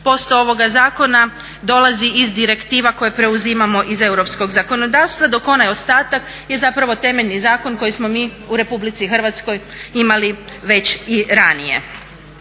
50% ovoga zakona dolazi iz direktiva koje preuzimamo iz europskog zakonodavstva dok onaj ostatak je zapravo temeljni zakon koji smo mi u Republici Hrvatskoj imali već i ranije.